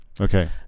Okay